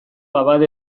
abade